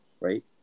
right